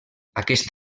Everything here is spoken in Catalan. aquest